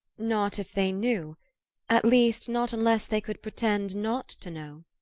not if they knew at least, not unless they could pretend not to know.